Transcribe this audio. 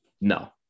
No